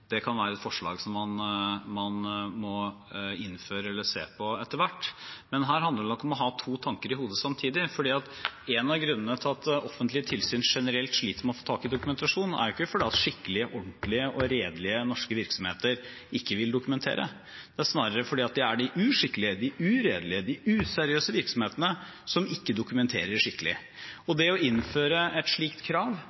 være et forslag som man må innføre, eller se på etter hvert, men her handler det nok om å ha to tanker i hodet samtidig. En av grunnene til at offentlige tilsyn generelt sliter med å få tak i dokumentasjon, er jo ikke at skikkelige, ordentlige og redelige norske virksomheter ikke vil dokumentere. Det er snarere fordi det er de uskikkelige, de uredelige, de useriøse virksomhetene som ikke dokumenterer skikkelig.